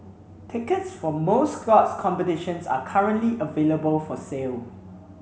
tickets for most scores competitions are currently available for sale